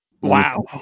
Wow